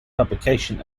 publication